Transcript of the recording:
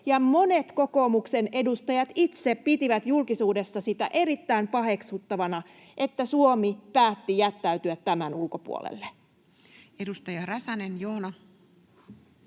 Monet kokoomuksen edustajat itse pitivät julkisuudessa erittäin paheksuttavana sitä, että Suomi päätti jättäytyä tämän ulkopuolelle. [Speech 93]